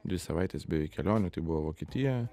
dvi savaitės beveik kelionių tai buvo vokietija